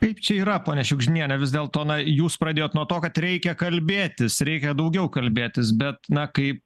kaip čia yra ponia šiugždiniene vis dėlto na jūs pradėjot nuo to kad reikia kalbėtis reikia daugiau kalbėtis bet na kai